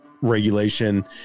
regulation